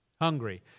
Hungry